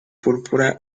púrpura